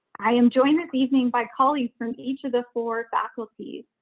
i am joined this evening by colleagues from each of the four faculties.